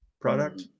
product